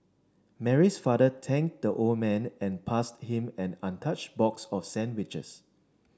Mary's father thanked the old man and passed him an untouched box of sandwiches